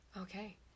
Okay